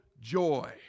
joy